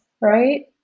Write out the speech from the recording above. right